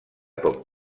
poc